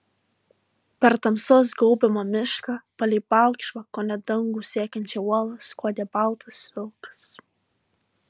per tamsos gaubiamą mišką palei balkšvą kone dangų siekiančią uolą skuodė baltas vilkas